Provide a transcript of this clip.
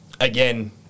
again